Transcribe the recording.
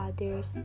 others